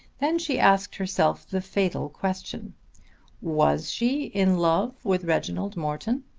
then she asked herself the fatal question was she in love with reginald morton?